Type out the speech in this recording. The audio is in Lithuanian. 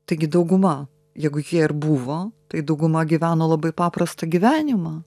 taigi dauguma jeigu jie ir buvo tai dauguma gyveno labai paprastą gyvenimą